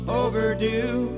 overdue